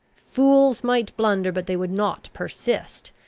fools might blunder, but they would not persist,